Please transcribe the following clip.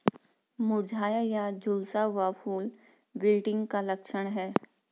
मुरझाया या झुलसा हुआ फूल विल्टिंग का लक्षण है